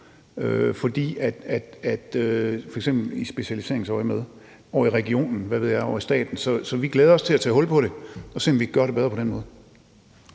flytte på, f.eks. i specialiseringsøjemed, over i regionen, til staten, eller hvad ved jeg? Så vi glæder os til at tage hul på det og se, om vi kan gøre det bedre på den måde.